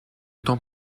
temps